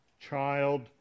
child